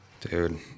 dude